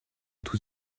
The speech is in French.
tous